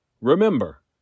Remember